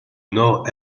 nord